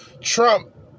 Trump